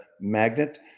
magnet